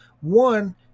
one